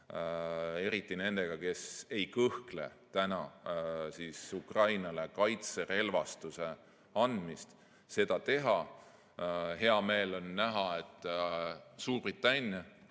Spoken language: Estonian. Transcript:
eriti nendega, kes ei kõhkle Ukrainale kaitserelvastuse andmisel. Hea meel on näha, et Suurbritannia